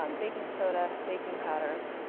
um baking soda, baking powder.